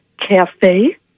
cafe